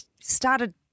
started